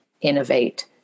innovate